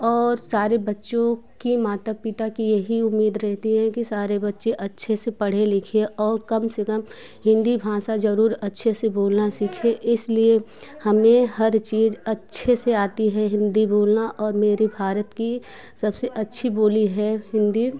और सारे बच्चों के माता पिता की यही उम्मीद रहती है कि सारे बच्चे अच्छे से पढ़े लिखे और कम से कम हिंदी भाषा जरूर अच्छे से बोलना सीखें इसलिए हमें हर चीज अच्छे से आती है हिंदी बोलना और मेरे भारत की सबसे अच्छी बोली है हिंदी